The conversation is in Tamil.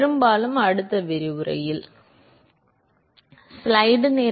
பெரும்பாலும் அடுத்த விரிவுரையில் சரி